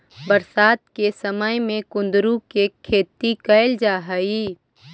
बरसात के समय में कुंदरू के खेती कैल जा हइ